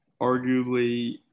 Arguably